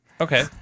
Okay